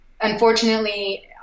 unfortunately